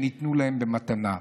שניתנו להם במתנה.